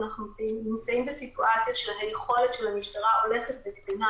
אנחנו נמצאים בסיטואציה שהיכולת של המשטרה הולכת וקטנה.